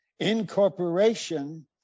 incorporation